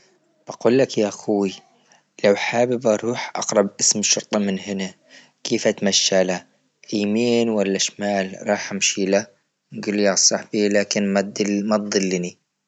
بقول لك يا اخوي لو حابب أروح أقرب قسم شرطة من هنا كيف اتمشى له؟ يمين ولا شمال رايح أمشيله؟ نقول يا صاحبي لكن مد- ما تضلني.